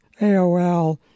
AOL